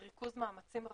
וריכוז מאמצים רבים,